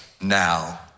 now